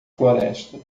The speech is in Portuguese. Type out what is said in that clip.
floresta